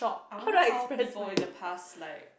I wonder how people in the past like